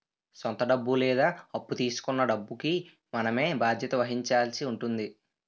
సొంత డబ్బు లేదా అప్పు తీసుకొన్న డబ్బుకి మనమే బాధ్యత వహించాల్సి ఉంటుంది